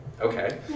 okay